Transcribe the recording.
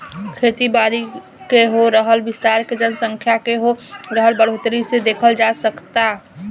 खेती बारी के हो रहल विस्तार के जनसँख्या के हो रहल बढ़ोतरी से देखल जा सकऽता